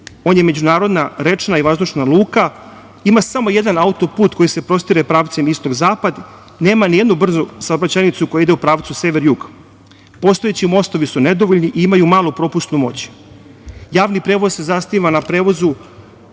On je međunarodna rečna i vazdušna luka. Ima samo jedan autoput koji se prostire pravcem istok-zapad. Nema nijednu brzu saobraćajnicu koja ide u pravcu sever-jug. Postojeći postovi su nedovoljni, imaju malu propusnu moć. Javni prevoz se zasniva na prevozu